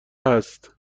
هست